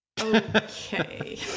okay